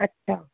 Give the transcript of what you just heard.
अछा